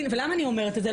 למה אני אומרת את זה?